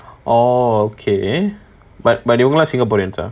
orh okay but but they are all singaporeans ah